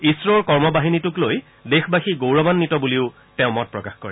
ইছৰোৰ কৰ্মবাহিনীটোক লৈ দেশবাসী গৌৰৱান্বিত বুলিও তেওঁ মত প্ৰকাশ কৰে